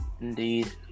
Indeed